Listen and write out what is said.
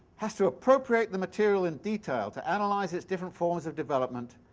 has to appropriate the material in detail to analyze these different forms of development,